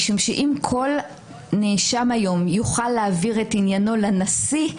משום שאם כל נאשם היום יוכל להעביר את עניינו לנשיא,